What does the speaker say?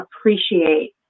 appreciate